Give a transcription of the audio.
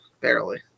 Barely